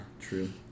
true